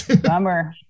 Bummer